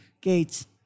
gates